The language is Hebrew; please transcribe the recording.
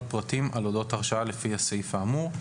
פרטים על אודות הרשעה לפי הסעיף האמור,